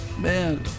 man